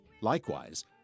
Likewise